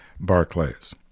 barclays